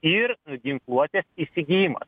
ir ginkluotės įsigijimas